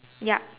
yup